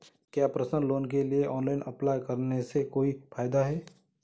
क्या personal loan के लिए ऑनलाइन अप्लाई करने से कोई फायदा है?